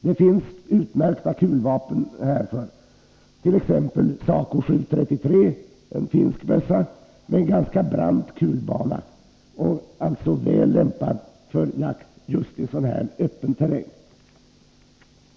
Det finns utmärkta kulvapen härför, t.ex. Sako 7 x 33, en finsk bössa med ganska brant kulbana och alltså väl lämpad för jakt just i sådan här öppen terräng.